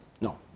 No